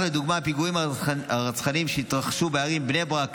לדוגמה הפיגועים הרצחניים שהתרחשו בערים בני ברק,